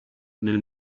nel